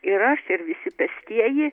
ir aš ir visi pestieji